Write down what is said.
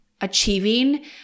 achieving